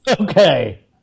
Okay